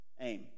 aim